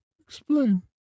explain